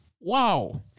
Wow